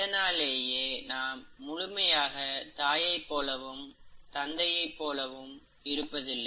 இதனாலேயே நாம் முழுமையாக தாயைப் போலவும் தந்தையைப் போலவே இருப்பதில்லை